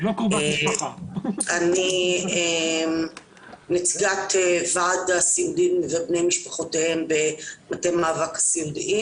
אני נציגת וועד הסיעודיים ובני משפחותיהם ב"מטה מאבק הסיעודיים"